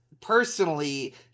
personally